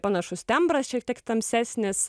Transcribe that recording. panašus tembras šiek tiek tamsesnis